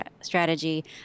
strategy